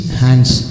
hands